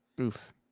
Oof